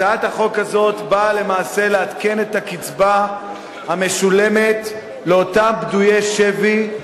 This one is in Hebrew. הצעת החוק הזאת באה למעשה לעדכן את הקצבה המשולמת לאותם פדויי שבי,